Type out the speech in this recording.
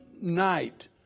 night